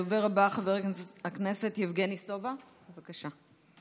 הדובר הבא, חבר הכנסת יבגני סובה, בבקשה.